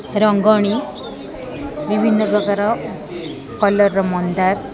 ରଙ୍ଗଣୀ ବିଭିନ୍ନପ୍ରକାର କଲର୍ର ମନ୍ଦାର